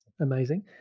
Amazing